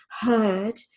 heard